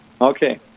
Okay